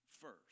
first